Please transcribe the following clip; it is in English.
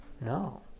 no